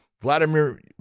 Vladimir